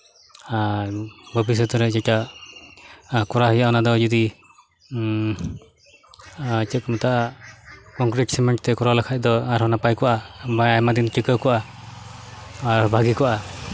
ᱟᱨ ᱵᱷᱚᱵᱤᱥᱥᱚᱛ ᱨᱮ ᱡᱮᱴᱟ ᱠᱚᱨᱟᱣ ᱦᱩᱭᱩᱜᱼᱟ ᱚᱱᱟ ᱫᱚ ᱡᱩᱫᱤ ᱟᱨ ᱪᱮᱫ ᱠᱚ ᱢᱮᱛᱟᱜᱼᱟ ᱠᱚᱝᱠᱨᱤᱴ ᱥᱤᱢᱮᱱᱴ ᱛᱮ ᱠᱚᱨᱟᱣ ᱞᱮᱠᱷᱟᱡ ᱫᱚ ᱟᱨᱦᱚᱸ ᱱᱟᱯᱟᱭ ᱠᱚᱜᱼᱟ ᱟᱭᱢᱟ ᱫᱤᱱ ᱴᱤᱠᱟᱹᱣ ᱠᱚᱜᱼᱟ ᱟᱨ ᱵᱷᱟᱜᱮ ᱠᱚᱜᱼᱟ